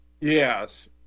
Yes